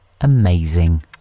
Amazing